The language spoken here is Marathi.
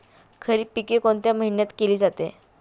खरीप पिके कोणत्या महिन्यात केली जाते?